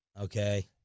Okay